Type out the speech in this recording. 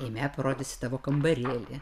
eime parodysiu tavo kambarėlį